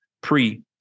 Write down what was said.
pre-